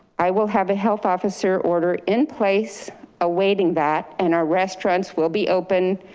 i will have a health officer order in place awaiting that and our restaurants will be open.